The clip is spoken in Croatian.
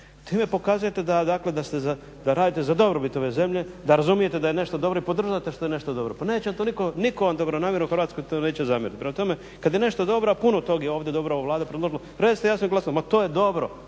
Time pokazujete dakle da radite za dobrobit ove zemlje, da razumijete da je nešto dobro i podržite što je nešto dobro. Pa neće vam to nitko dobronamjeran u Hrvatskoj to zamjeriti. Prema tome, kad je nešto dobro a puno tog je ovdje dobrog ova Vlada predložila recite jasno i glasno ma to je dobro,